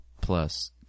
Plus